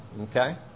okay